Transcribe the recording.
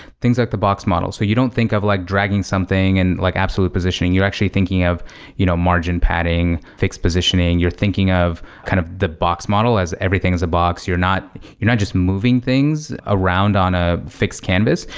things like the box model. so you don't think of like dragging something and like absolute positioning. you're actually thinking of you know margin padding, fixed positioning. you're thinking of kind of the box model as everything is a box. you're not you're not just moving things around on a fixed canvas.